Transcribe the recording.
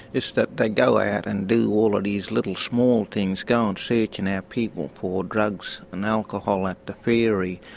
it's that they go out and do all of these little small things, go and searching our people for drugs and alcohol at the ferry,